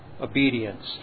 obedience